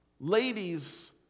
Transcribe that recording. Ladies